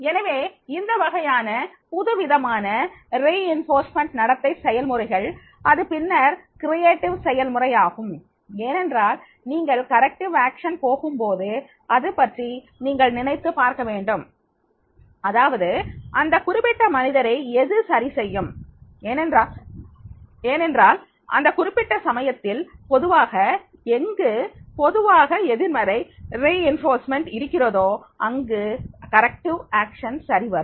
எனவே இந்த வகையான புதுவிதமான வலுவூட்டல் நடத்தை செயல்முறைகள் அது பின்னர் ஆக்கப்பூர்வ செயல்முறை ஆகும் ஏனென்றால் நீங்கள் விருத்தம் நடவடிக்கைக்கு போகும்போது அதுபற்றி நீங்கள் நினைத்துப் பார்க்க வேண்டும் அதாவது அந்த குறிப்பிட்ட மனிதரை எது சரி செய்யும் ஏனென்றால் அந்த குறிப்பிட்ட சமயத்தில் பொதுவாக எங்கு பொதுவாக எதிர்மறை வலுவூட்டல் இருக்கிறதோ அங்கு திருத்தம் நடவடிக்கை சரிவரும்